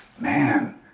man